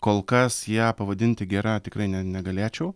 kol kas ją pavadinti gera tikrai ne negalėčiau